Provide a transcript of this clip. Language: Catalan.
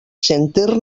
sentir